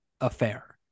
affair